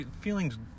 feelings